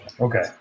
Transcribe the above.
Okay